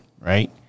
right